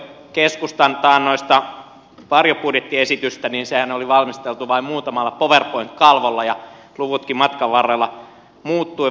kun katsoi keskustan taannoista varjobudjettiesitystä niin sehän oli valmisteltu vain muutamalla powerpoint kalvolla ja luvutkin matkan varrella muuttuivat